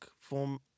form